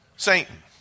Satan